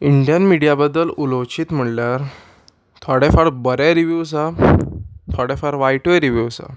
Indian media बद्दल उलोवचीत म्हणल्यार थोडे फावट बरेय रिविव्यूस आसा थोडे फावट वायटूय रिविव्यूस आसा